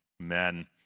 Amen